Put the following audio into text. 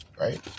right